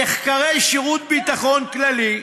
נחקרי שירות הביטחון הכללי,